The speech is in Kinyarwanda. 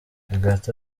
hagati